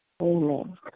Amen